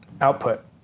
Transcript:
output